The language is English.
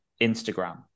Instagram